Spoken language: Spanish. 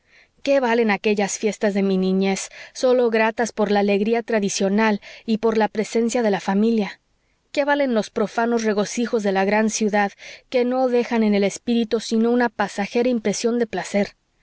qué valen aquellas fiestas de mi niñez sólo gratas por la alegría tradicional y por la presencia de la familia qué valen los profanos regocijos de la gran ciudad que no dejan en el espíritu sino una pasajera impresión de placer